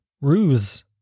Ruse